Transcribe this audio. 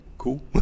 cool